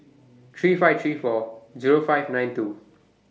three five three four Zero five nine two